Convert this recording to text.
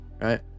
right